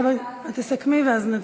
אסכם ואז נצביע.